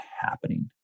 happening